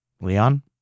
Leon